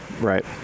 right